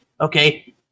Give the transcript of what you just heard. okay